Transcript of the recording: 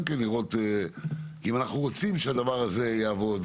אם אנחנו רוצים שהדבר הזה יעבוד,